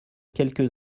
quelques